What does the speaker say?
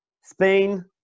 spain